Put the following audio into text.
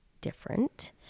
different